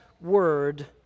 word